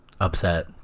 Upset